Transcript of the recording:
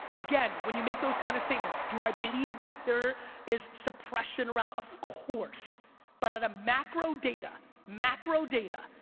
again, when you make those kind of statements, do i believe that there is suppression around? of course but on a macro data, macro data,